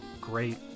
Great